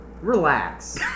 Relax